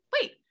wait